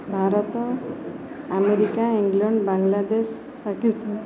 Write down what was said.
Bharat America England Bangladesh Pakistan